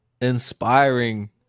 inspiring